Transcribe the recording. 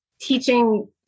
teaching